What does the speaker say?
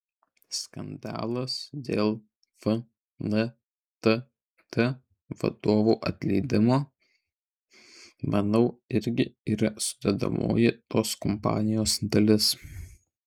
skandalas dėl fntt vadovų atleidimo manau irgi yra sudedamoji tos kampanijos dalis